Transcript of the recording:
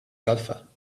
golfer